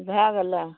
भए गेलऽ